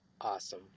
Awesome